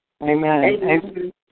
Amen